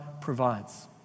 provides